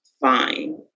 fine